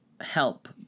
help